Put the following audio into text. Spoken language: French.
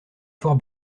fort